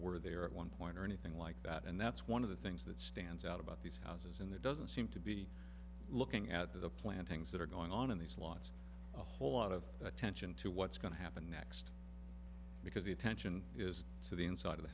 were there at one point or anything like that and that's one of the things that stands out about these houses in there doesn't seem to be looking at the plantings that are going on in these lots a whole lot of attention to what's going to happen next because the attention is to the inside of the